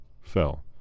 fell